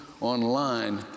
online